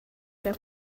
para